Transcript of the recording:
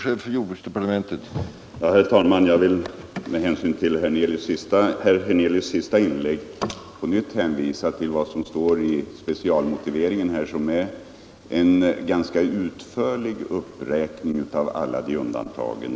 Herr talman! Jag vill med hänsyn till herr Hernelius sista inlägg på nytt hänvisa till den speciella motiveringen i propositionen som innehåller en ganska utförlig uppräkning av alla undantagen.